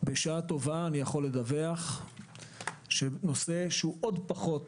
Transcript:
בשעה טובה אני יכול לדווח שנושא שהוא עוד פחות